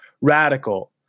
radical